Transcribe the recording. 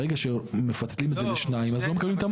ברגע שמפצלים את זה לשניים, אז לא מקבלים את המס.